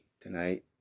tonight